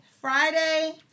Friday